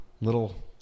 little